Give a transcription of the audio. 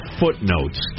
footnotes